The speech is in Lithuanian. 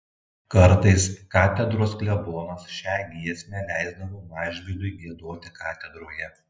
kartais katedros klebonas šią giesmę leisdavo mažvydui giedoti katedroje